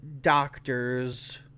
doctor's